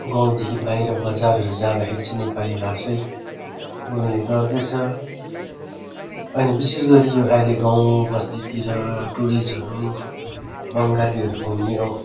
गाउँदेखि बाहिर बजारहरू जाँदाखेरि चाहिँ नेपाली भाषै बोल्ने गर्दछ अनि विशेषगरी यो अहिले गाउँ बस्तीतिर टुरिस्टहरू बङ्गालीहरू घुम्ने आउ